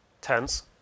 tense